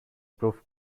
proof